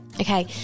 Okay